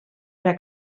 era